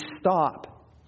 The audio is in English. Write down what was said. stop